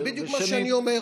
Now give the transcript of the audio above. זה בדיוק מה שאני אומר.